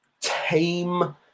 tame